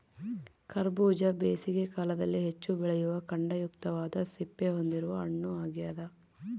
ಕರಬೂಜ ಬೇಸಿಗೆ ಕಾಲದಲ್ಲಿ ಹೆಚ್ಚು ಬೆಳೆಯುವ ಖಂಡಯುಕ್ತವಾದ ಸಿಪ್ಪೆ ಹೊಂದಿರುವ ಹಣ್ಣು ಆಗ್ಯದ